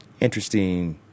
interesting